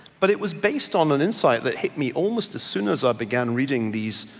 but it was based on an insight that hit me almost as soon as i began reading these,